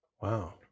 wow